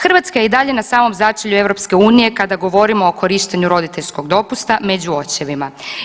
Hrvatska je i dalje na samom začelju EU kada govorimo o korištenju roditeljskog dopusta među očevima.